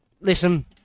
listen